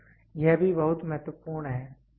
तो यह भी बहुत महत्वपूर्ण है